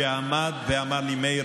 שעמד ואמר לי "מאיר,